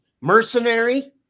mercenary